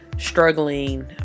struggling